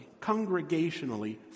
congregationally